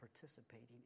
participating